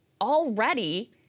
already